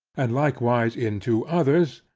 and likewise in two others,